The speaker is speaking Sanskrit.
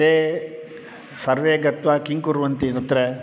ते सर्वे गत्वा किं कुर्वन्ति तत्र